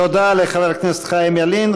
תודה לחבר הכנסת חיים ילין.